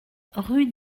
rue